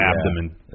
abdomen